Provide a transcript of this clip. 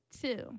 two